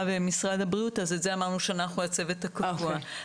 ומשרד הבריאות אז אמרנו שאנחנו הצוות הקבוע,